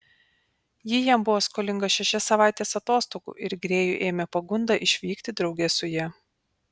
ji jam buvo skolinga šešias savaites atostogų ir grėjų ėmė pagunda išvykti drauge su ja